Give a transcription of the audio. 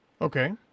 Okay